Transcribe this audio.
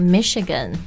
Michigan 。